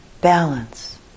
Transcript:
balance